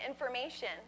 information